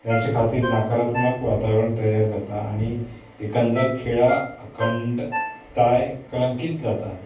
ह्यांचे खातीर नाकारात्मक वातावरण तयार जाता आनी एकंदर खेळां खंडताय कलंकीत जाता